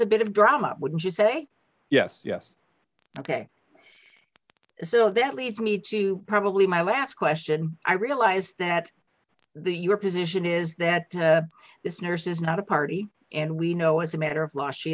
a bit of drama wouldn't you say yes yes ok so that leads me to probably my last question i realize that the your position is that this nurse is not a party and we know as a matter of law she